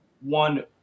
one